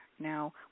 now